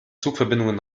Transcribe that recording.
zugverbindungen